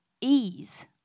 ease